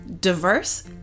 diverse